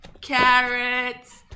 carrots